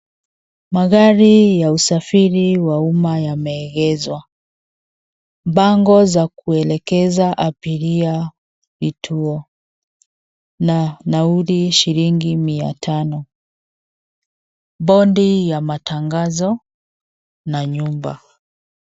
Magari ya usafiri wa umma yameegezwa. Bango za kuelekeza abiria vituo na nauli shilingi mia tano. Bodi ya matangazo na nyumba.